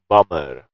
Bummer